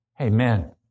Amen